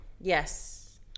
Yes